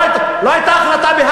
אין החלטה כזאת.